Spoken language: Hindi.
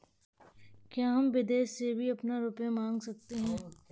क्या हम विदेश से भी अपना रुपया मंगा सकते हैं?